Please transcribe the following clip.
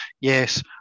Yes